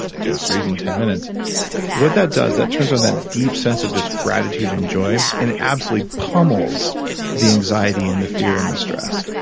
do it for even ten minutes what that does, that turns on that deep sense of just gratitude and joy, and it absolutely pummels the anxiety, and the fear, and the stress.